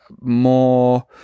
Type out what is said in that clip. more